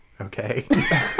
okay